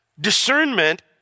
Discernment